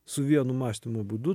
su vienu mąstymo būdu